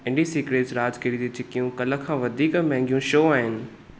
इन्डी secrets राजगीरी जी चिकियूं कल्ह खां वधीक महांगियूं छो आहिनि